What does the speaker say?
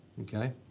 Okay